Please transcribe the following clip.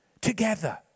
together